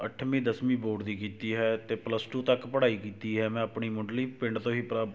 ਅੱਠਵੀ ਦਸਵੀਂ ਬੋਰਡ ਦੀ ਕੀਤੀ ਹੈ ਅਤੇ ਪਲੱਸ ਟੂ ਤੱਕ ਪੜ੍ਹਾਈ ਕੀਤੀ ਹੈ ਮੈਂ ਆਪਣੀ ਮੁੱਢਲੀ ਪਿੰਡ ਤੋਂ ਹੀ ਪ੍ਰਾਪ